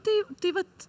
tai tai vat